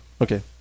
okay